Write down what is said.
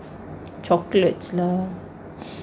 chocolates lah